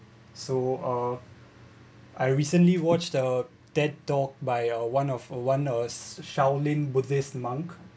uh I recently watched a tedtalk by a one of one a shaolin buddhist monk